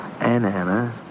Anna